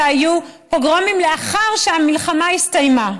אלא היו פוגרומים לאחר שהמלחמה הסתיימה.